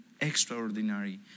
extraordinary